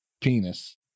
penis